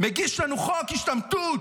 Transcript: מגיש לנו חוק השתמטות.